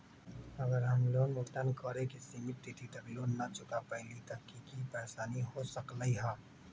अगर हम लोन भुगतान करे के सिमित तिथि तक लोन न चुका पईली त की की परेशानी हो सकलई ह?